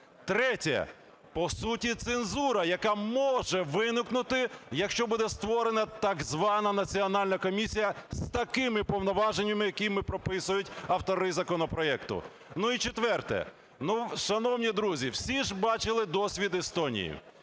Третє – по суті цензура, яка може виникнути, якщо буде створена, так звана, національна комісія з такими повноваженнями, якими прописують автори законопроекту. Ну і четверте. Шановні друзі, всі бачили досвід Естонії.